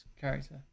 character